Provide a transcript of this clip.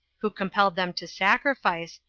who compelled them to sacrifice,